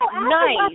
Nice